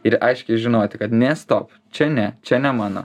ir aiškiai žinoti kad ne stop čia ne čia ne mano